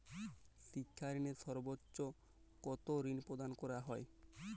শিক্ষা ঋণে সর্বোচ্চ কতো ঋণ প্রদান করা হয়?